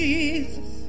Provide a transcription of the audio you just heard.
Jesus